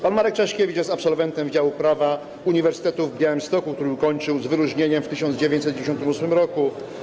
Pan Marek Czeszkiewicz jest absolwentem Wydziału Prawa Uniwersytetu w Białymstoku, który ukończył w wyróżnieniem w 1998 r.